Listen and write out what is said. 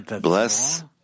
bless